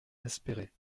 espérer